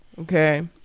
okay